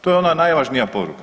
To je ona najvažnija poruka.